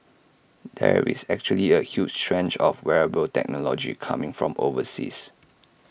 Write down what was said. there is actually A huge trend of wearable technology coming from overseas